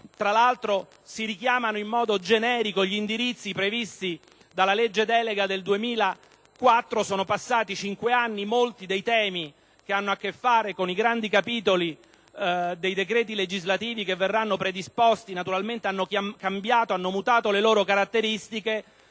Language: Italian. Inoltre, si richiamano in modo generico gli indirizzi previsti dalla legge delega del 2004; sono passati cinque anni, molti dei temi che hanno a che fare con i grandi capitoli dei decreti legislativi che verranno predisposti hanno naturalmente mutato le loro caratteristiche.